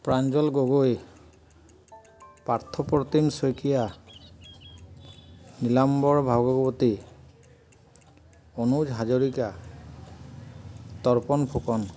Pranjal Gogoi Partha Pratim Saikia Nilambar Bhagawati Anuj Hazarika Tarpan Phukan